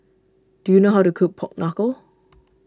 do you know how to cook Pork Knuckle